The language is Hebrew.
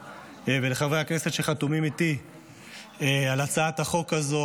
ולחברי הכנסת שחתומים איתי על הצעת החוק הזאת,